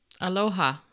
Aloha